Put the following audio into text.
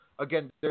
Again